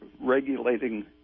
regulating